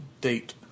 date